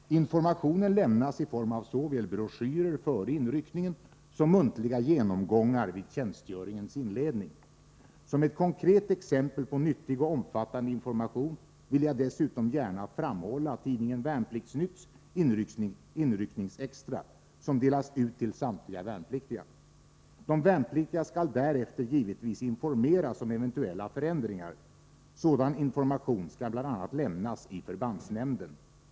Informationen lämnas i form av såväl broschyrer före inryckningen som muntliga genomgångar vid tjänstgöringens inledning. Som ett konkret exempel på nyttig och omfattande information vill jag dessutom gärna framhålla tidningen Värnplikts-Nytts inryckningsextra, som delas ut till samtliga värnpliktiga. De värnpliktiga skall därefter givetvis informeras om eventuella förändringar. Sådan information skall bl.a. lämnas i förbandsnämnden.